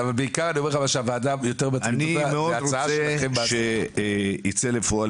אני מאוד רוצה שייצא לפועל